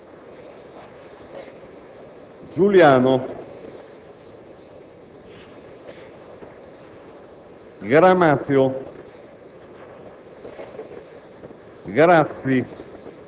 Giaretta, Girfatti, Giuliano,